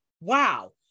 wow